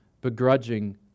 begrudging